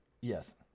Yes